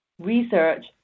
Research